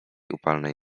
upalnej